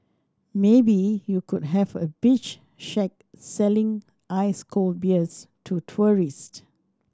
maybe you could have a beach shack selling ice cold beers to tourist